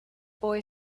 boy